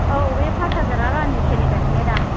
औ बे फास हाजारआ रानिं सोलिगासिनो दा